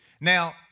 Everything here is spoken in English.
Now